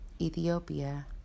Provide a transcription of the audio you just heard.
Ethiopia